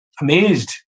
amazed